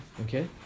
okay